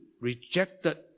rejected